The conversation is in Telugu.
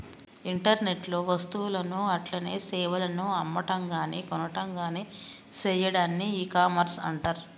ఇంటర్నెట్ లో వస్తువులను అట్లనే సేవలను అమ్మటంగాని కొనటంగాని సెయ్యాడాన్ని ఇకామర్స్ అంటర్